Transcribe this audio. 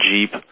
Jeep